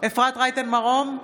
אפרת רייטן מרום,